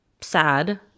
sad